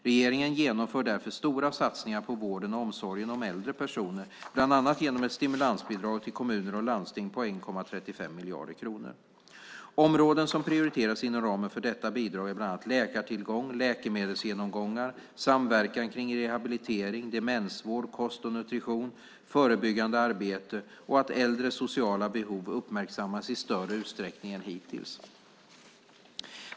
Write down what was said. Regeringen genomför därför stora satsningar på vården och omsorgen om äldre personer bland annat genom ett stimulansbidrag till kommuner och landsting på 1,35 miljarder kronor. Områden som prioriterats inom ramen för detta bidrag är bland annat läkartillgång, läkemedelsgenomgångar, samverkan kring rehabilitering, demensvård, kost och nutrition, förebyggande arbete och att äldres sociala behov uppmärksammas i större utsträckning än hittills.